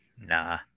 Nah